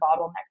bottleneck